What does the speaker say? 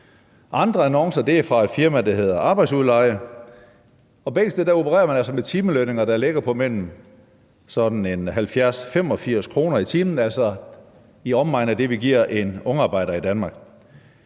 Andre annoncer er fra et firma, der hedder Arbejdsudleje, og begge steder opererer man altså med timelønninger, der ligger på mellem 70-85 kr. i timen, altså i omegnen af det, vi giver en ungarbejder i Danmark.